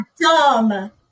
dumb